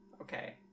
Okay